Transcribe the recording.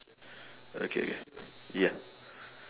okay ya